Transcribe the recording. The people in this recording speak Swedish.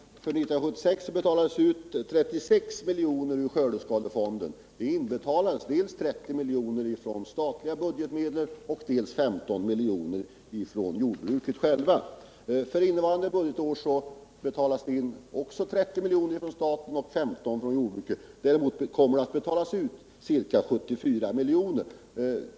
Herr talman! För 1976 betalades 36 milj.kr. ur skördeskadefonden. Det inbetalades dels 30 milj.kr. från statliga budgetmedel, dels 15 milj.kr. från jordbruket. För innevarande budgetår betalas det också in 30 milj.kr. från staten och 15 milj.kr. från jordbruket. Däremot är det riktigt att det kommer att betalas ut ca 74 milj.kr.